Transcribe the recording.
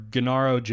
Gennaro